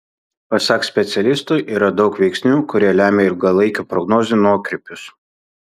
pasak specialisto yra daug veiksnių kurie lemia ilgalaikių prognozių nuokrypius